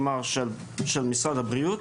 כלומר של משרד הבריאות,